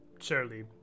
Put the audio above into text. surely